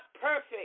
perfect